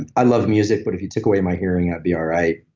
i love music, but if you took away my hearing, i'd be all right.